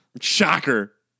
Shocker